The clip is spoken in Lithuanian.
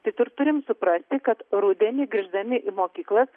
tai ir turim suprasti kad rudenį grįždami į mokyklas